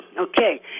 Okay